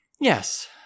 Yes